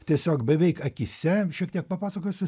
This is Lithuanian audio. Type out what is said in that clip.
tiesiog beveik akyse šiek tiek papasakosiu